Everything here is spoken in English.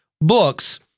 books